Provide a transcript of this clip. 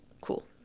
cool